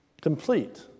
complete